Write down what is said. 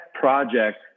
project